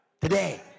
today